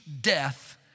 death